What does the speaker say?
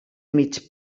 mig